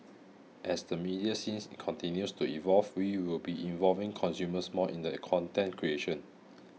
as the media scenes continues to evolve we will be involving consumers more in the content creation